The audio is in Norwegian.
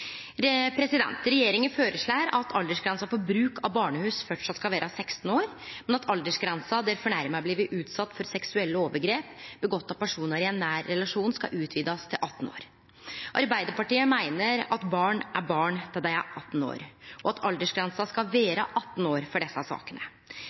Regjeringa føreslår at aldersgrensa for bruk av barnehus framleis skal vere 16 år, men at aldersgrensa for ein fornærma som har blitt utsett for seksuelle overgrep gjorde av personar i ein nær relasjon, skal utvidast til 18 år. Arbeidarpartiet meiner at barn er barn til dei er 18 år, og at aldersgrensa skal